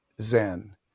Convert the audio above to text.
Zen